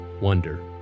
wonder